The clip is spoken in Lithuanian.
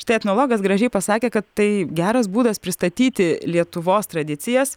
štai etnologas gražiai pasakė kad tai geras būdas pristatyti lietuvos tradicijas